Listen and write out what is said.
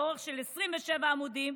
באורך של 27 עמודים,